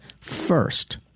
first